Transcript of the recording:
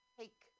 take